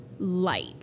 Light